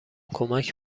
کمک